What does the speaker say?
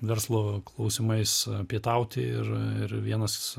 verslo klausimais pietauti ir ir vienas